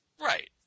Right